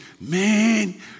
man